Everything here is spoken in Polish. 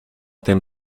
tym